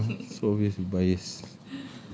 ya so obvious you biased